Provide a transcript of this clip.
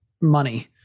money